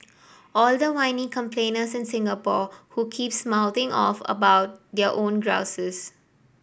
all the whiny complainers in Singapore who keeps mouthing off about their own grouses